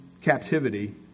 captivity